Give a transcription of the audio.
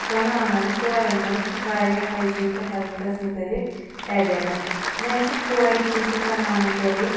زنانن کورٮ۪ن مَنٛز واریاہ ہایجیٖن تہٕ ہیٚلتھَس مُتعلِق ایٚویرنٮ۪س وۅنۍ چھِ کورِ تِم چھِ زنانن گَرِ